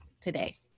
today